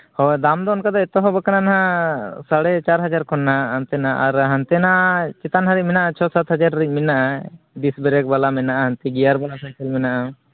ᱦᱳᱭ ᱫᱟᱢ ᱫᱚ ᱚᱱᱠᱟ ᱫᱚ ᱮᱛᱚᱦᱚᱵ ᱠᱟᱱᱟ ᱱᱟᱜ ᱥᱟᱲᱮ ᱪᱟᱨ ᱦᱟᱡᱟᱨ ᱠᱷᱚᱱᱟᱜ ᱱᱚᱛᱮᱜ ᱟᱨ ᱦᱟᱱᱛᱮᱱᱟᱜ ᱪᱮᱛᱟᱱ ᱫᱷᱟᱹᱨᱤᱛ ᱢᱮᱱᱟᱜᱼᱟ ᱪᱷᱚᱼᱥᱟᱛ ᱦᱟᱡᱟᱨ ᱫᱟᱹᱨᱤᱡ ᱢᱮᱱᱟᱜᱼᱟ ᱰᱤᱥ ᱵᱨᱮᱹᱠ ᱵᱟᱞᱟ ᱢᱮᱱᱟᱜᱼᱟ ᱱᱚᱛᱮ ᱜᱮᱭᱟᱨ ᱵᱟᱞᱟ ᱥᱟᱭᱠᱮᱹᱞ ᱢᱮᱱᱟᱜᱼᱟ